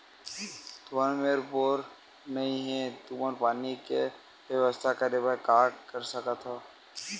तुहर मेर बोर नइ हे तुमन पानी के बेवस्था करेबर का कर सकथव?